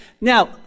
Now